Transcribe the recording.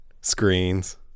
screens